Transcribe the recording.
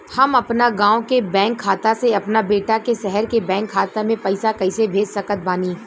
हम अपना गाँव के बैंक खाता से अपना बेटा के शहर के बैंक खाता मे पैसा कैसे भेज सकत बानी?